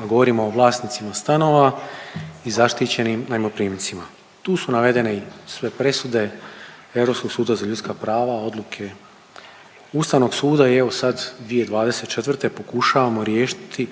a govorimo o vlasnicima stanova i zaštićenim najmoprimcima. Tu su navedene i sve presude Europskog suda za ljudska prava, odluke Ustavnog suda i evo sad 2024. pokušavamo riješiti